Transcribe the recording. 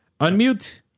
Unmute